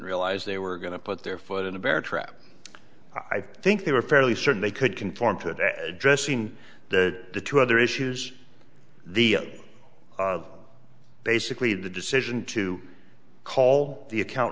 realize they were going to put their foot in a bear trap i think they were fairly certain they could conform to addressing the two other issues the of basically the decision to call the account